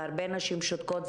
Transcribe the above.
והרבה נשים שותקות.